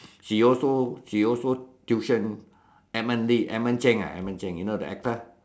he also she also tution Edmund Lee Edmund Cheng ah Edmund Cheng you know the actor